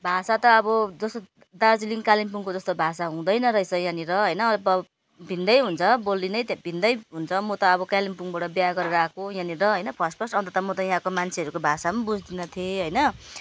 भाषा त अब जस्तो दार्जिलिङ कालिम्पोङको जस्तो भाषा हुँदैन रहेछ यहाँनेर होइन अब भिन्न हुन्छ बोली नै भिन्न हुन्छ म त अब कालिम्पोङबाट बिहा गरेर आएको यहाँनेर होइन फर्स्ट फर्स्ट अन्त त म त यहाँको मान्छेहरूको भाषा पनि बुझ्दिनँ थिएँ होइन